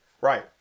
Right